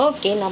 Okay